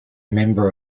member